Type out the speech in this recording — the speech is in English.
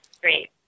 great